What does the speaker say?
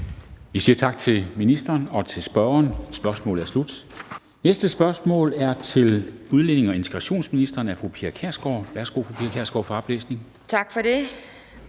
Vi siger tak til ministeren og til spørgeren. Spørgsmålet er slut. Næste spørgsmål er stillet til udlændinge- og integrationsministeren af fru Pia Kjærsgaard. Kl. 13:33 Spm. nr. S 679 6) Til udlændinge- og